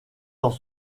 dans